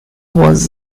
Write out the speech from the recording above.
was